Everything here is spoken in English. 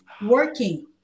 working